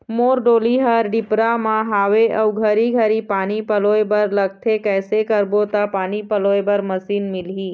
मोर डोली हर डिपरा म हावे अऊ घरी घरी पानी पलोए बर लगथे कैसे करबो त पानी पलोए बर मशीन मिलही?